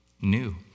new